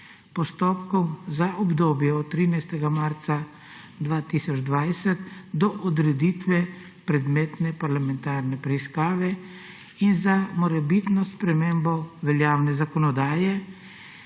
postopkov za obdobje od 13. marca 2020 do odreditve predmetne parlamentarne preiskave in za morebitno spremembo veljavne zakonodaje,